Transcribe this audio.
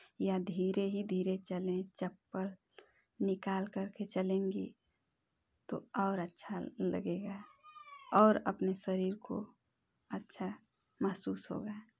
या धीरे ही धीरे चलें चप्पल निकालकर के चलेंगी तो और अच्छा लगेगा और अपने सरीर को अच्छा महसूस होगा